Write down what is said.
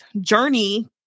journey